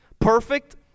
Perfect